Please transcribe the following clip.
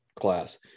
class